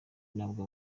nabwo